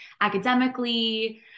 academically